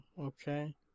okay